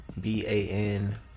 B-A-N